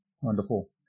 Wonderful